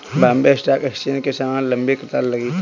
Bombay stock exchange के सामने लंबी कतार लगी थी